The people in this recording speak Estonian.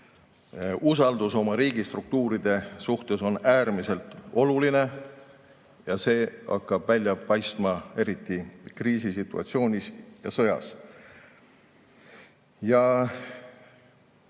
Usaldus oma riigistruktuuride suhtes on äärmiselt oluline ja see hakkab välja paistma eriti kriisisituatsioonis ja sõjas.